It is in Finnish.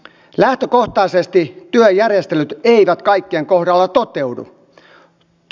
lähtökohtaisesti työjärjestelyt eivät kaikkien kohdalla toteudu